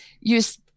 Use